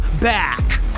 back